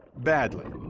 badly.